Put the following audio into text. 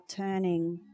turning